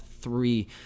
three